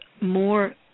more